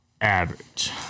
Average